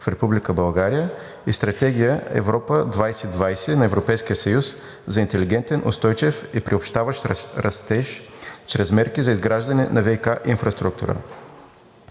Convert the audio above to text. и стратегия „Европа 2020 г.“ на Европейския съюз за интелигентен, устойчив и приобщаващ растеж чрез мерки за изграждане на ВиК инфраструктура.